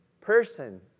person